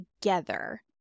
together